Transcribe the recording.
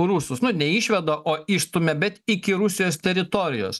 rusus nu ne išveda o išstumia bet iki rusijos teritorijos